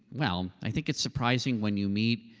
well, i think it's surprising when you meet.